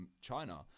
China